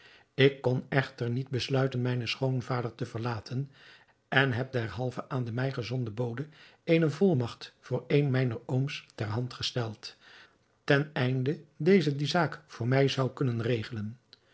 ik kon echter niet besluiten mijnen schoonvader te verlaten en heb derhalve aan den mij gezonden bode eene volmagt voor een mijner ooms ter hand gesteld ten einde deze die zaak voor mij zou kunnen regelen